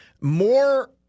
More